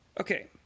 Okay